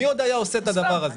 מי עוד היה עושה את הדבר הזה?